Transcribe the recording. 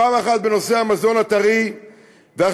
פעם אחת בנושא המזון הטרי והחקלאות,